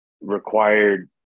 required